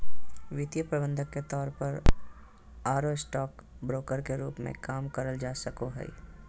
वित्तीय प्रबंधक के तौर पर आरो स्टॉक ब्रोकर के रूप मे काम करल जा सको हई